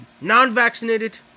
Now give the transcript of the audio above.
non-vaccinated